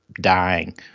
dying